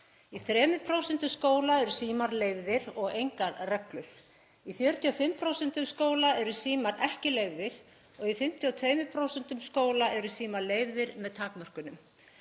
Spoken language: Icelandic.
Í 3% skóla eru símar leyfðir og engar reglur. Í 45% skóla eru símar ekki leyfðir. Í 52% skóla eru síma leyfðir með takmörkunum.